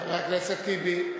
חבר הכנסת טיבי,